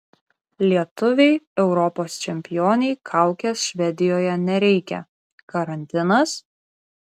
lietuvei europos čempionei kaukės švedijoje nereikia karantinas